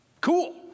Cool